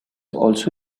also